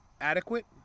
adequate